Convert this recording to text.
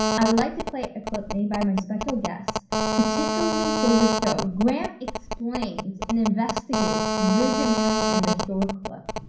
i? would like to play a club named by my special guests particularly for the show gramp explains and investigates, virgin mary in the shore club